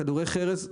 כדורי חרס,